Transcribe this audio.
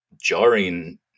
jarring